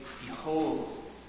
Behold